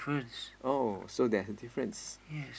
oh so there's a difference